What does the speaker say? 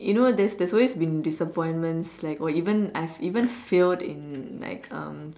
you know there's there's always been disappointments like or even I've even failed like in uh